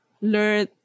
learn